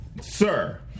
Sir